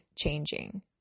changing